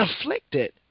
afflicted